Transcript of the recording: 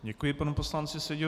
Děkuji panu poslanci Seďovi.